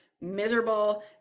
miserable